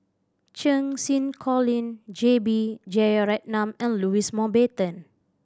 Cheng Xinru Colin J B Jeyaretnam and Louis Mountbatten